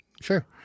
sure